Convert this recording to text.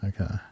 Okay